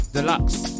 Deluxe